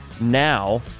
now